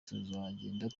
tuzagenda